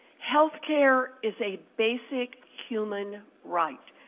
healthcare is a basic human right.